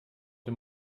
dem